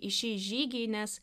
į šį žygį nes